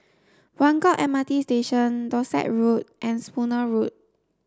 Buangkok M R T Station Dorset Road and Spooner Road